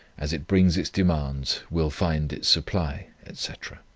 as it brings its demands, will find its supply, etc.